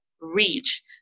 reach